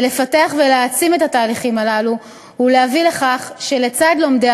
היא לפתח ולהעצים את התהליכים הללו ולהביא לכך שלצד לומדי